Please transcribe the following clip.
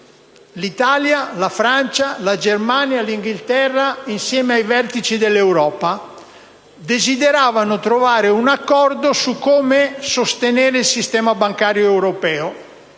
l'Italia, la Francia, la Germania e l'Inghilterra insieme ai vertici dell'Europa: desideravano trovare un accordo su come sostenere il sistema bancario europeo.